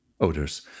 odors